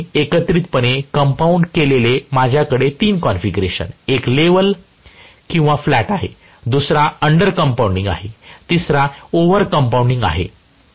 म्हणून मी एकत्रितपणे कंपाऊंड केलेले माझ्याकडे तीन कॉन्फिगरेशन एक लेवल किंवा फ्लॅट आहे दुसरा अंडर कंपाऊंडिंग आहे तिसरा ओव्हर कंपाऊंडिंग आहे